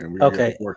Okay